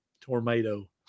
Tornado